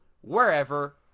wherever